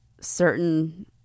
certain